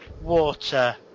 water